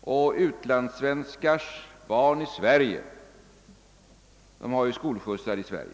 och utlandssvenskars barn får här hemma i Sverige tillgång till skolskjutsar.